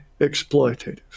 exploitative